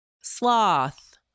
sloth